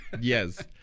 Yes